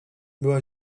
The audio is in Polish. była